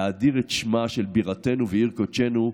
להאדיר את שמה של בירתנו ועיר קודשנו,